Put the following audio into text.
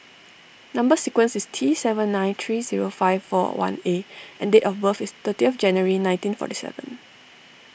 Number Sequence is T seven nine three zero five four one A and date of birth is thirty of January nineteen forty seven